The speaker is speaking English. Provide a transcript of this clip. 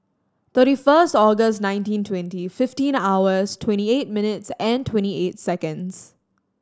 thirty first August nineteen twenty fifteen hours twenty eight minutes and twenty eight seconds